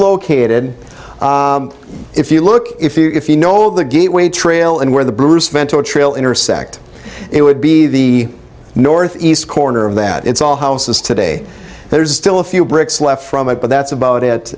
located if you look if you if you know the gateway trail and where the bruce vento trail intersect it would be the northeast corner of that it's all houses today there's still a few bricks left from it but that's about it